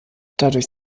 dadurch